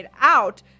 out